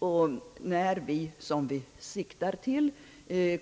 När vårt land, som vi siktar till,